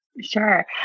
Sure